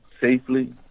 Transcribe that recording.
safely